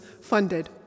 funded